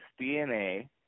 DNA